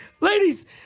ladies